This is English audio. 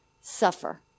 suffer